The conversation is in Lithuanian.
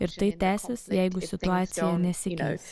ir tai tęsis jeigu situacija nesikeis